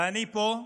ואני פה,